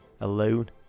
alone